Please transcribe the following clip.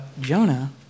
Jonah